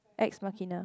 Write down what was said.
ex machina